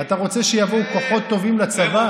אתה רוצה שיבואו פחות טובים לצבא?